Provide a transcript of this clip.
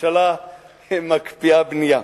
ממשלה מקפיאה בנייה.